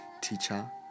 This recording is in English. Teacher